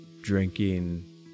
drinking